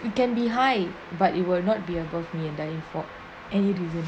it can be high but it will not be above me and a info any reason